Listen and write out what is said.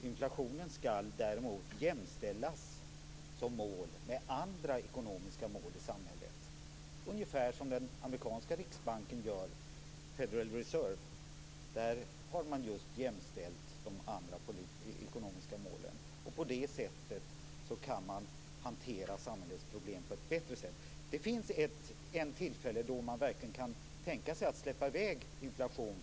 Inflationen skall däremot som mål jämställas med andra ekonomiska mål i samhället, ungefär som den amerikanska riksbanken, Federal Reserve, gör. Där har man just jämställt de ekonomiska målen. På det sättet kan man hantera samhällets problem på ett bättre sätt. Det finns ett tillfälle då man verkligen kan tänka sig att släppa i väg inflationen.